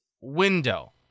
window